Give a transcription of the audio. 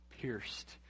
pierced